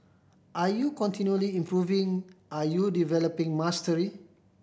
are you continually improving are you developing mastery